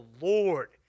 Lord